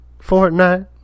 Fortnite